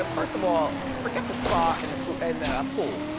ah first of all, forget the spa and the and the pool.